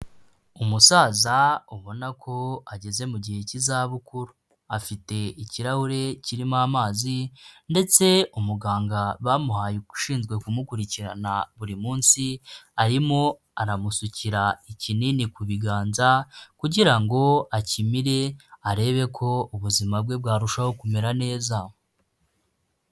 Umusaza ubona ko ageze mu gihe cy'izabukuru afite ikirahure kirimo amazi ndetse umuganga bamuhaye ushinzwe kumukurikirana buri munsi, arimo aramusukira ikinini ku biganza kugira ngo akimire arebe ko ubuzima bwe bwarushaho kumera neza.